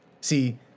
See